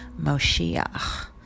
Moshiach